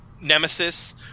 nemesis